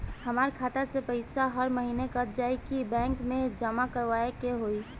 हमार खाता से पैसा हर महीना कट जायी की बैंक मे जमा करवाए के होई?